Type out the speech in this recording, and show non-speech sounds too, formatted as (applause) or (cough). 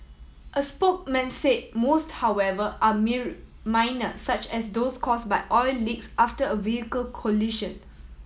a spokesman said most however are (unintelligible) minor such as those caused by oil leaks after a vehicle collision